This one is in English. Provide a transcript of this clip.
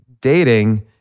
dating